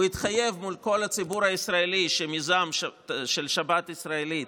הוא התחייב מול כל הציבור הישראלי שהמיזם של שבת ישראלית